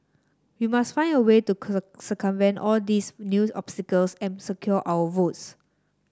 we must find a way to circumvent all these new obstacles and secure our votes